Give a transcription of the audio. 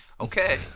okay